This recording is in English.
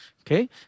okay